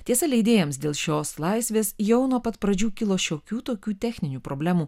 tiesa leidėjams dėl šios laisvės jau nuo pat pradžių kilo šiokių tokių techninių problemų